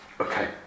Okay